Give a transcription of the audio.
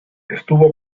estuvo